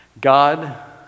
God